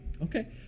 Okay